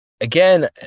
Again